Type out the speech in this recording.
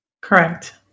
Correct